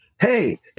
Hey